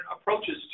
approaches